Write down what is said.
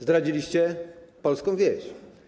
Zdradziliście polską wieś.